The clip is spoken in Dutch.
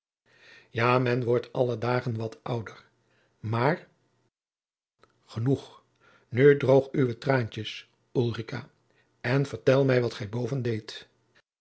ja men wordt alle dagen wat ouder maar genoeg nu droog uwe traantjens ulrica en vertel mij wat gij boven deedt